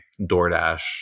doordash